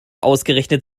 ausgerechnet